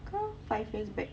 ke five years back